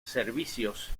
servicios